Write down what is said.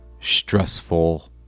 stressful